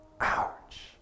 Ouch